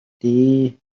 дээ